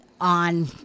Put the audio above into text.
on